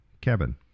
Kevin